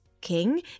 King